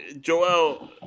Joel